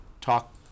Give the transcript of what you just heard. talk